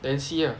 then see ah